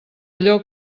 allò